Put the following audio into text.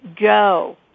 Go